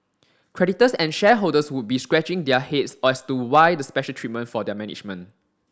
creditors and shareholders would be scratching their heads as to why the special treatment for their management